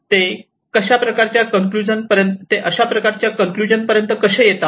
ते अशा प्रकारच्या कन्क्लूजन पर्यंत कसे येतात